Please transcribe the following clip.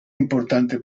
importante